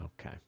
Okay